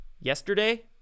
Yesterday